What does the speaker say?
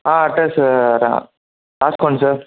address రాస్కోండీ sir